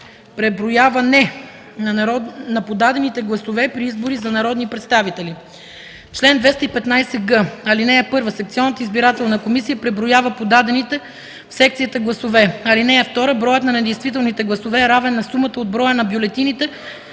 Преброяване на подадените гласове при избори за народни представители Чл. 215г. (1) Секционната избирателна комисия преброява подадените в секцията гласове. (2) Броят на недействителните гласове е равен на сумата от броя на бюлетините